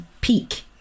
peak